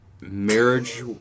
marriage